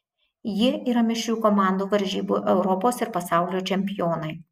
jie yra mišrių komandų varžybų europos ir pasaulio čempionai